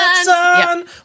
sun